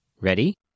Ready